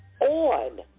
on